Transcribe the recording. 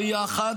ביחד,